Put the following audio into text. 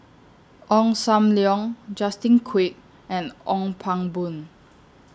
Ong SAM Leong Justin Quek and Ong Pang Boon